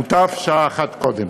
מוטב שעה אחת קודם.